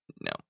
No